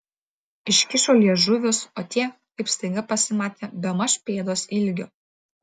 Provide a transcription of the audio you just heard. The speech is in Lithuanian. iškišo liežuvius o tie kaip staiga pasimatė bemaž pėdos ilgio